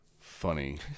Funny